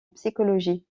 psychologie